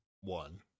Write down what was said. one